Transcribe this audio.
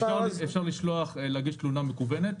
אפשר להגיש תלונה מקוונת.